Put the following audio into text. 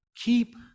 keep